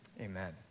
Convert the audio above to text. Amen